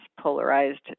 polarized